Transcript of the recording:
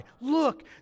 look